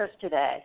today